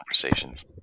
conversations